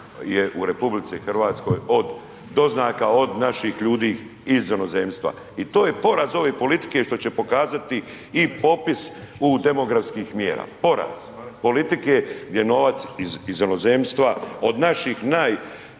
u RH od doznaka od naših ljudi iz inozemstva i to je poraz ove politike što će pokazati i popis u demografskih mjera. Poraz politike gdje novac iz inozemstva od naših najboljih,